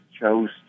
chose